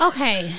Okay